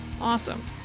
Awesome